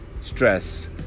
stress